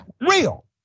real